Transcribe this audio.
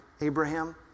Abraham